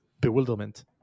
bewilderment